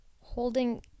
Holding